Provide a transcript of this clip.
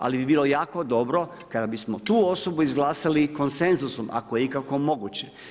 Ali bi bilo jako dobro kada bismo tu osobu izglasali konsenzusom ako je ikako moguće.